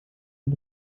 den